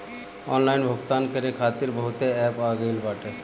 online भुगतान करे खातिर बहुते एप्प आ गईल बाटे